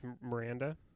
Miranda